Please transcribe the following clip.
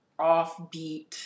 offbeat